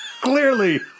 Clearly